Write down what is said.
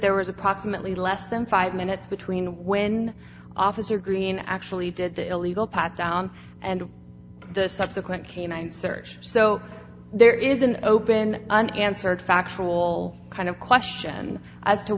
there was approximately less than five minutes between when officer green actually did the illegal pat down and the subsequent canine search so there is an open unanswered factual kind of question as to